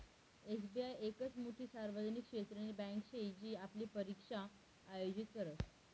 SBI येकच मोठी सार्वजनिक क्षेत्रनी बँके शे जी आपली परीक्षा आयोजित करस